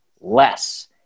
less